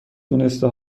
دونسته